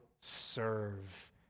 serve